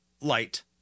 light